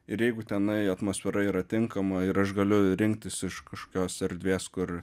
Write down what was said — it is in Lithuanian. ir jeigu tenai atmosfera yra tinkama ir aš galiu rinktis iš kažkokios erdvės kur